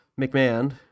McMahon